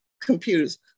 computers